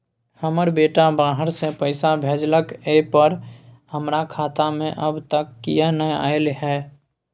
हमर बेटा बाहर से पैसा भेजलक एय पर हमरा खाता में अब तक किये नाय ऐल है?